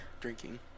drinking